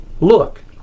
look